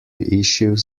issues